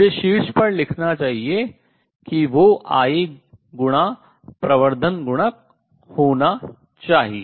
मुझे शीर्ष पर लिखना चाहिए कि वो I आई गुणा प्रवर्धन गुणक होना चाहिए